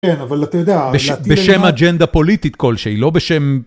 כן, אבל אתה יודע... בשם אג'נדה פוליטית כלשהי, לא בשם...